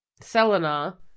Selena